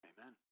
Amen